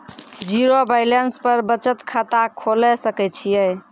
Zero balance पर बचत खाता खोले सकय छियै?